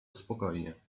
spokojnie